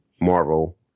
Marvel